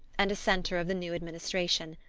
and a centre of the new administration.